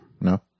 No